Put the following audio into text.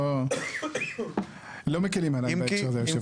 לא מקלים עלינו בהקשר הזה, יושב הראש.